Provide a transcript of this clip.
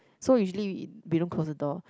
so usually we don't close the door